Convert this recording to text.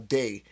day